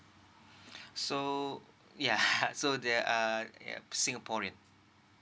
so yeah so they are yup singaporean